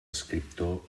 escriptor